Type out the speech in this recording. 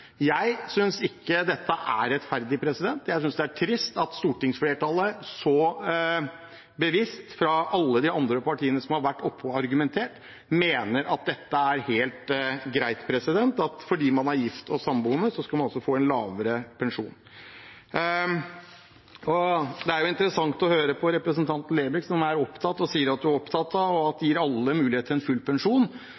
Jeg synes ikke dette er rettferdig, og jeg synes det er trist at stortingsflertallet så bevisst, fra alle de andre partiene som har vært her oppe og argumentert, mener at dette er helt greit, at fordi man er gift eller samboende skal man få lavere pensjon. Det er interessant å høre på representanten Lerbrekk, som sier hun er opptatt av å gi alle mulighet til full pensjon, men at